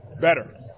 better